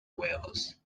wales